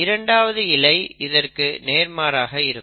இரண்டாவது இழை இதற்கு நேர்மாறாக இருக்கும்